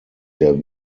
der